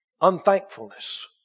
Unthankfulness